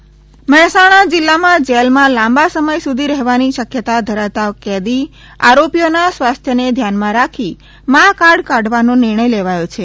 jail Mehsana જિલ્લામાં જેલમાં લાંબા સમય સુધી જેલમાં રહેવાની શક્યતા ધરાવતા કેદી આરોપીઓના સ્વાસ્થને ધ્યાનમાં રાખી મા કાર્ડ કાઢવાનો નિર્ણય લેવાનો છે